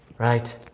Right